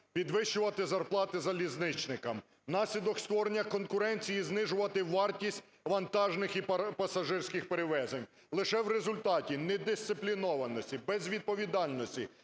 підвищувати зарплати залізничникам, внаслідок створення конкуренції знижувати вартість вантажних і пасажирських перевезень. Лише в результаті недисциплінованості, безвідповідальності,